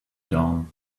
down